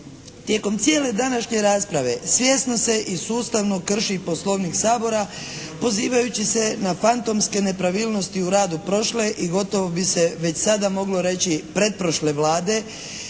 Tijekom cijele današnje rasprave svjesno se i sustavno krši Poslovnik Sabora pozivajući se na fantomske nepravilnosti u radu prošle i gotovo bi se već sada moglo reći pretprošle Vlade,